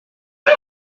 que